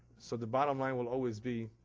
so the bottom line will always be,